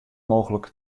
mooglik